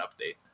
update